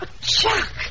Chuck